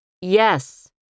Yes